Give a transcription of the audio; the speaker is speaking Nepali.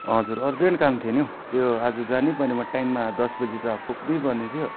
हजुर अर्जेन्ट काम थियो नि हौ त्यो आज जानै पर्ने म टाइममा दसबजे त पुग्नै पर्ने थियो